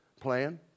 plan